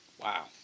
wow